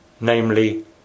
namely